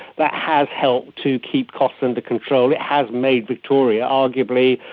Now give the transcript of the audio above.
that has helped to keep costs under control, it has made victoria arguably,